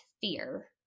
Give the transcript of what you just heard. fear